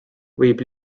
võib